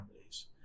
families